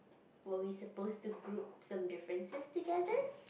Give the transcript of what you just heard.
were we supposed to group some differences together